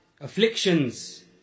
afflictions